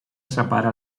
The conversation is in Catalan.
separa